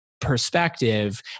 Perspective